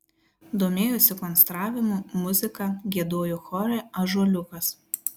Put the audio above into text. domėjosi konstravimu muzika giedojo chore ąžuoliukas